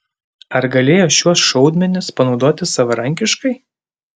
ar galėjo šiuos šaudmenis panaudoti savarankiškai